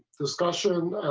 discussion